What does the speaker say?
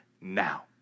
now